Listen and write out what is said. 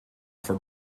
for